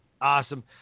Awesome